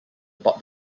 about